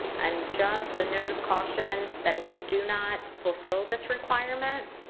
and just a note of caution that if you do not fulfill this requirement,